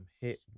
hit